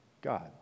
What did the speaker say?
god